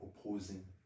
opposing